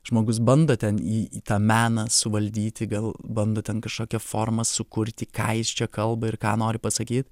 žmogus bando ten į tą meną suvaldyti gal bando ten kažkokią formą sukurti ką jis čia kalba ir ką nori pasakyt